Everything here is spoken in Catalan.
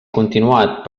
continuat